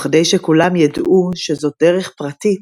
וכדי שכלם ידעו שזאת דרך פרטית,